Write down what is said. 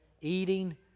Eating